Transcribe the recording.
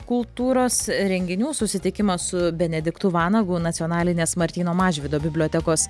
kultūros renginių susitikimas su benediktu vanagu nacionalinės martyno mažvydo bibliotekos